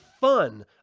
fun